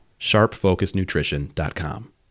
sharpfocusnutrition.com